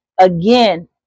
Again